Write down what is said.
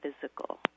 physical